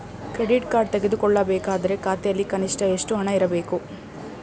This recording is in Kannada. ಕ್ರೆಡಿಟ್ ಕಾರ್ಡ್ ತೆಗೆದುಕೊಳ್ಳಬೇಕಾದರೆ ಖಾತೆಯಲ್ಲಿ ಕನಿಷ್ಠ ಎಷ್ಟು ಹಣ ಇರಬೇಕು?